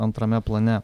antrame plane